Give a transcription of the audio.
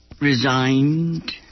resigned